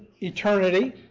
eternity